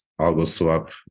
AlgoSwap